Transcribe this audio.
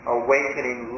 awakening